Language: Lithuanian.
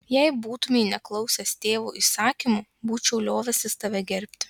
jei būtumei neklausęs tėvo įsakymo būčiau liovęsis tave gerbti